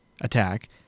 attack